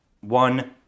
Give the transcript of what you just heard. One